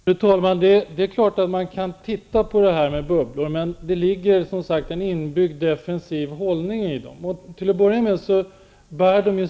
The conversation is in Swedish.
Fru talman! Det är klart att man kan titta på detta med bubblor, men det ligger en inbyggd defensiv hållning i dem.